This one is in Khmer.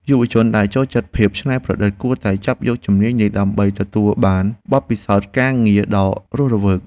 យុវជនដែលចូលចិត្តភាពច្នៃប្រឌិតគួរតែចាប់យកជំនាញនេះ ដើម្បីទទួលបានបទពិសោធន៍ការងារដ៏រស់រវើក។